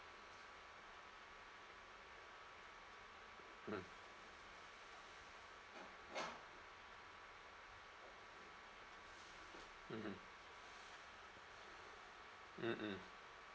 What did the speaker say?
mm mmhmm mmhmm